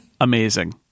amazing